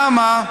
למה?